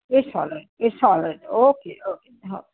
Isola इसोला okay okay हा